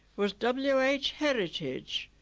was w h heritage.